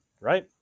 right